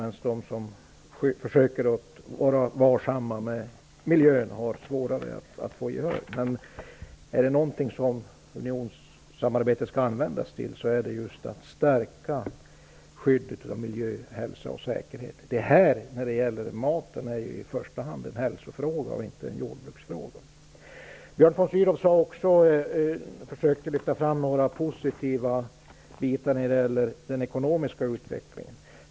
De som försöker att vara varsamma med miljön har svårare att få gehör. Är det någonting som unionssamarbetet skall användas till är det just att stärka skyddet för miljö, hälsa och säkerhet. Maten är ju i första hand en hälsofråga och inte en jordbruksfråga. Björn von Sydow försökte också lyfta fram något positivt när det gäller den ekonomiska utvecklingen.